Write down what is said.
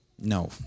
No